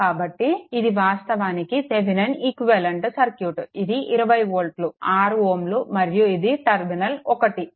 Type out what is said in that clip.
కాబట్టి ఇది వాస్తవానికి థెవెనిన్ ఈక్వివలెంట్ సర్క్యూట్ ఇది 20 వోల్ట్ 6 Ω మరియు ఇది టర్మినల్ 1